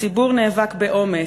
הציבור נאבק באומץ,